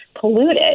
polluted